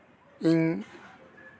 ᱤᱧ